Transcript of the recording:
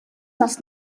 das